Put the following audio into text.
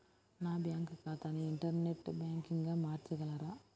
నా బ్యాంక్ ఖాతాని ఇంటర్నెట్ బ్యాంకింగ్గా మార్చగలరా?